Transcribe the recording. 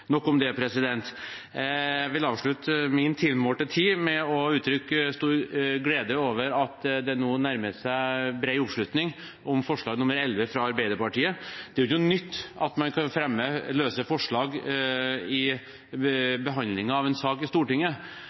nok om det. Jeg vil avslutte min tilmålte tid med å uttrykke stor glede over at det nå nærmer seg bred oppslutning om forslag nr. 11, fra Arbeiderpartiet. Det er ikke noe nytt at man kan fremme løse forslag i behandlingen av en sak i Stortinget,